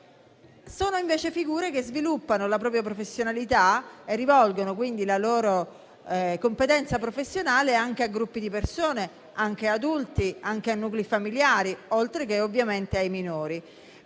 Sono invece figure che sviluppano la propria professionalità e rivolgono quindi la loro competenza professionale a gruppi di persone, anche adulti e a nuclei familiari, oltre che ovviamente ai minori,